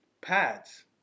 pads